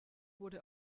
wurde